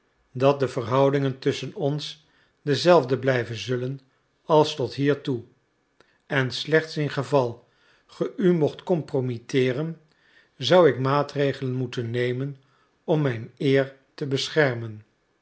dat de verhoudingen tusschen ons dezelfde blijven zullen als tot hiertoe en slechts in geval ge u mocht compromitteeren zou ik maatregelen moeten nemen om mijn eer te beschermen